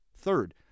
Third